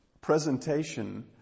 presentation